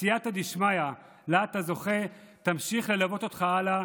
הסייעתא דשמיא שאתה זוכה לה תמשיך ללוות אותך הלאה,